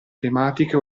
tematiche